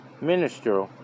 minister